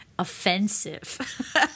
offensive